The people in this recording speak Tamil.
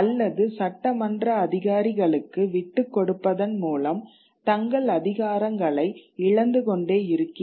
அல்லது சட்டமன்ற அதிகாரிகளுக்கு விட்டுக் கொடுப்பதன் மூலம் தங்கள் அதிகாரங்களை இழந்து கொண்டே இருக்கிறார்கள்